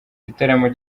igitaramo